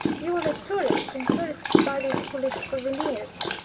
he was a tourist, and tourists buy these foolish souvenirs.